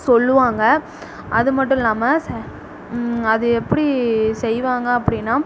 சொல்லுவாங்க அது மட்டும் இல்லாமல் அது எப்படி செய்வாங்க அப்படீன்னா